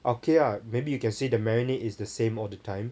okay ah maybe you can say the marinade is the same all the time